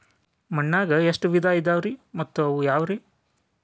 ಮಣ್ಣಾಗ ಎಷ್ಟ ವಿಧ ಇದಾವ್ರಿ ಮತ್ತ ಅವು ಯಾವ್ರೇ?